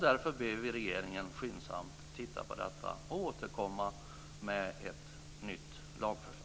Därför ber vi regeringen att skyndsamt titta på detta och återkomma med ett nytt lagförslag.